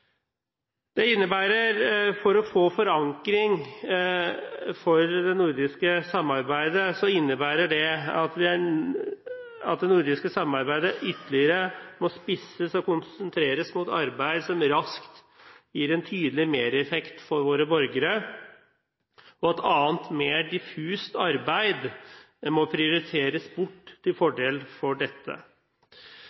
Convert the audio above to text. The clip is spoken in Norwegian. For å få forankring for det nordiske samarbeidet innebærer det at det nordiske samarbeidet ytterligere må spisses og konsentreres mot arbeid som raskt gir en tydelig mereffekt for våre borgere, og at annet mer diffust arbeid må nedprioriteres til fordel for